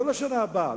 לא לשנה הבאה,